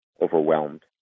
overwhelmed